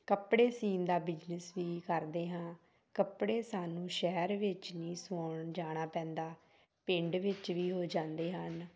ਕੱਪੜੇ ਸੀਣ ਦਾ ਬਿਜਨਸ ਵੀ ਕਰਦੇ ਹਾਂ ਕੱਪੜੇ ਸਾਨੂੰ ਸ਼ਹਿਰ ਵਿੱਚ ਨਹੀਂ ਸਵਾਉਣ ਜਾਣਾ ਪੈਂਦਾ ਪਿੰਡ ਵਿੱਚ ਵੀ ਹੋ ਜਾਂਦੇ ਹਨ